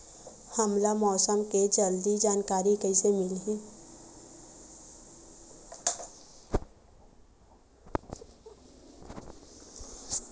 हमला मौसम के जल्दी जानकारी कइसे मिलही?